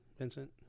Vincent